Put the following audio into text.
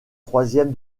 troisième